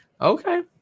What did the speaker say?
okay